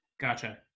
Gotcha